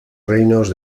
reinos